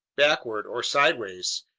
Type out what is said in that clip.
backward, or sideways.